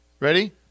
Ready